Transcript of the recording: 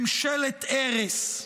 ממשלת הרס.